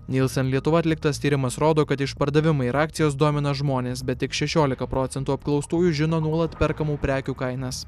nielsen lietuva atliktas tyrimas rodo kad išpardavimai ir akcijos domina žmones bet tik šešiolika procentų apklaustųjų žino nuolat perkamų prekių kainas